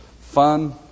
fun